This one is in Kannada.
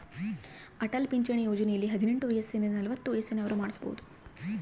ಅಟಲ್ ಪಿಂಚಣಿ ಯೋಜನೆಯಲ್ಲಿ ಹದಿನೆಂಟು ವಯಸಿಂದ ನಲವತ್ತ ವಯಸ್ಸಿನ ಅವ್ರು ಮಾಡ್ಸಬೊದು